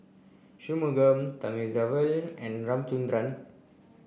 Shunmugam Thamizhavel and Ramchundra